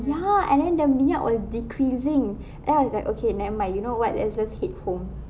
ya and the minyak was decreasing then I was like okay nevermind you know what let's just hit home